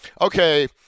okay